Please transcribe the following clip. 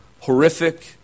horrific